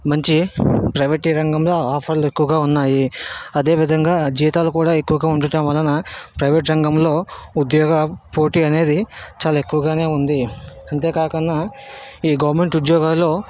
మంచి ప్రైవేటీ రంగంలో ఆఫర్లు ఎక్కువగా ఉన్నాయి అదేవిధంగా జీతాలు కూడా ఎక్కువగా ఉండటం వలన ప్రైవేట్ రంగంలో ఉద్యోగ పోటీ అనేది చాలా ఎక్కువగానే ఉంది అంతే కాకుండా ఈ గవర్నమెంట్ ఉద్యోగాలు